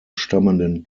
stammenden